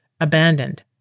abandoned